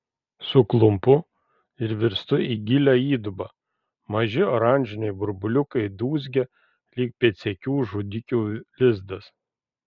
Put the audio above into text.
suklumpu ir virstu į gilią įdubą maži oranžiniai burbuliukai dūzgia lyg pėdsekių žudikių lizdas